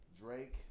Drake